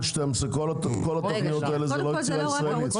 כל התכניות האלה זה לא יצירה ישראלית -- קודם כול,